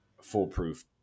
foolproof